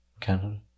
Canada